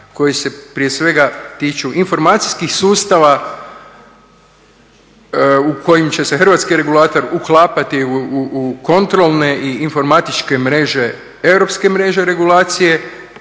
koji se prije svega tiču informacijskih sustava u kojim će se hrvatski regulator uklapati u kontrolne i informatičke mreže, europske mreže regulacije